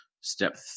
Step